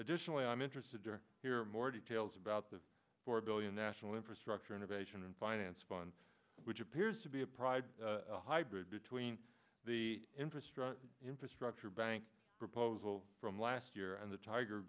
additionally i'm interested to hear more details about the four billion national infrastructure innovation and finance fund which appears to be a private hybrid between the infrastructure infrastructure bank proposal from last year and the tiger